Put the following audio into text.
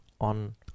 on